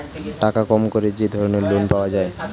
টাকা কম করে যে ধরনের লোন পাওয়া যায়